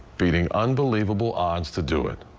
beating unbelievable odds to do it.